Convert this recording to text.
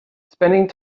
spending